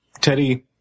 Teddy